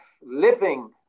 living